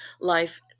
life